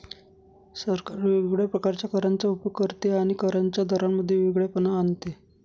सरकार वेगवेगळ्या प्रकारच्या करांचा उपयोग करते आणि करांच्या दरांमध्ये वेगळेपणा आणते